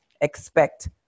expect